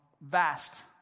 vast